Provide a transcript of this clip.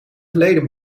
geleden